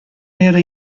era